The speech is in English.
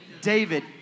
David